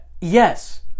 Yes